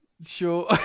Sure